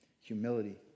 Humility